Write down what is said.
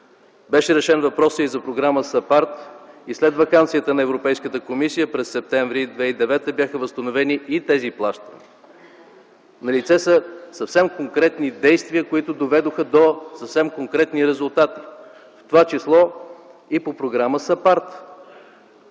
Беше решен въпросът и за програма САПАРД и след ваканцията на Европейската комисия, през септември 2009 г., бяха възстановени и тези плащания. Налице са съвсем конкретни действия, които доведоха до съвсем конкретни резултати, в т.ч. и по програма САПАРД,